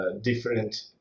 different